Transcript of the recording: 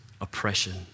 oppression